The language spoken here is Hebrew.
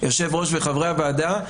יושב-הראש וחברי הוועדה,